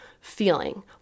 feeling